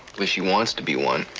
least, she wants to be one.